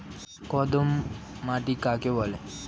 কর্দম মাটি কাকে বলে?